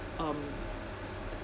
um